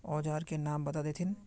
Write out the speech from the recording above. औजार के नाम बता देथिन?